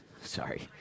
Sorry